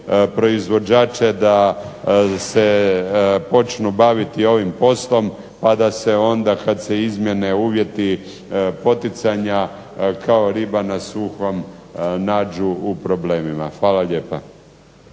proizvođače da se počnu baviti ovim poslom, pa da se onda kad se izmjene uvjeti poticanja kao riba na suhom nađu u problemima. Hvala lijepa.